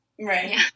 right